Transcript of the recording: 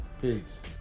Peace